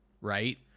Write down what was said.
right